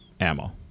ammo